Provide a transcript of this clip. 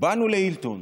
באנו להילטון.